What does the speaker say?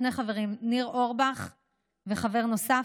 שני חברים: ניר אורבך וחבר נוסף,